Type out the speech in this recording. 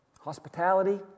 hospitality